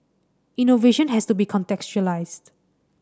innovation has to be contextualised